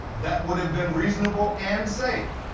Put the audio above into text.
that would have been reasonable and safe.